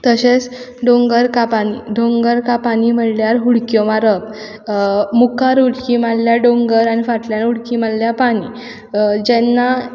तशेंच डोंगर का पानी डोंगर का पानी म्हणल्यार उडक्यो मारप मुखार उडकी मारल्यार डोंगर आनी फाटल्यान उडकी मारल्यार पानी जेन्ना